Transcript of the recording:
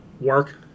work